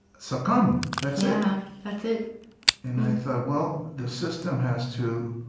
succumb. that's yeah that's it and i thought, well, the system has to